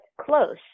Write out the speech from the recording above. close